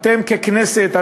אתם ככנסת,